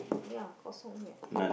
ya kosong here